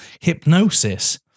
Hypnosis